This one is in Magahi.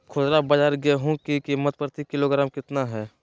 खुदरा बाजार गेंहू की कीमत प्रति किलोग्राम कितना है?